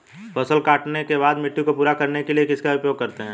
फसल काटने के बाद मिट्टी को पूरा करने के लिए किसका उपयोग करते हैं?